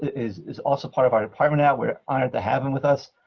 is is also part of our department now. we're honored to have him with us.